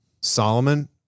Solomon